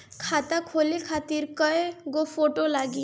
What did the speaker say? खाता खोले खातिर कय गो फोटो लागी?